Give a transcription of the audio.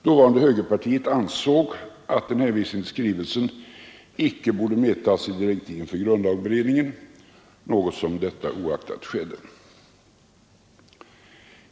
Dåvarande högerpartiet ansåg att en hänvisning till skrivelsen icke borde medtagas i direktiven, något som detta oaktat skedde.